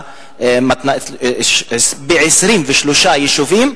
23 יישובים,